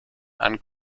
and